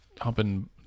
humping